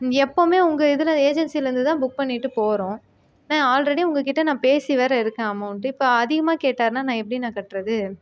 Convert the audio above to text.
எப்பவுமே உங்கள் இதில் ஏஜென்சிலேருந்துதான் புக் பண்ணிட்டு போகிறோம் நான் ஆல்ரெடி உங்கள் கிட்ட நான் பேசி வேறே இருக்கேன் அமௌண்ட்டு இப்ப அதிகமாக கேட்டாருனால் நான் எப்படிண்ணா கட்டுறது